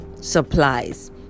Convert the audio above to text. supplies